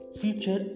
future